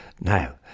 Now